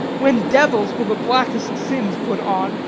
when devils will the blackest sins put on,